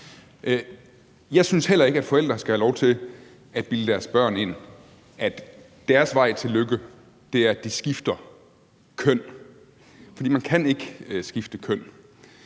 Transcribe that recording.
Jeg synes heller ikke, at forældre skal have lov til at bilde deres børn ind, at deres vej til lykke er, at de skifter køn, for man kan ikke skifte køn.